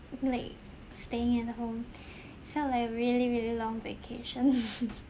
like staying at home felt like a really really long vacation